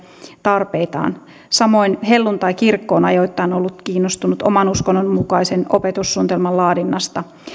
tarpeitaan samoin helluntaikirkko on ajoittain ollut kiinnostunut oman uskonnon mukaisen opetussuunnitelman laadinnasta